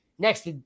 next